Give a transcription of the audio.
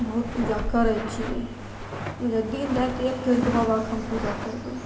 बहुत पूजा करै छिए ओहिजे दिनराति एक करिके बाबाके हम पूजा करबै